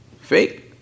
Fake